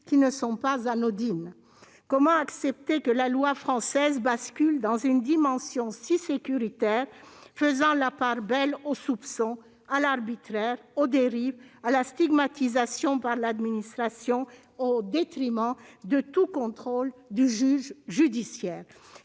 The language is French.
qui ne sont pas anodines. Comment accepter que la loi française bascule dans une dimension si sécuritaire, faisant la part belle au soupçon, à l'arbitraire, aux dérives, à la stigmatisation par l'administration, au détriment de tout contrôle du juge judiciaire ?